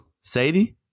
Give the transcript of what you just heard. Sadie